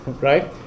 right